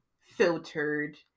filtered